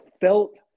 felt